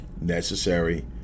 necessary